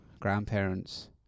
grandparents